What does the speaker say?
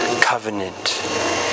covenant